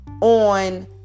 on